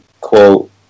quote